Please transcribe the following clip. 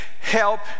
help